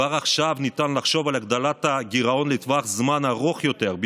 כבר עכשיו ניתן לחשוב על הגדלת הגירעון לטווח זמן ארוך יותר,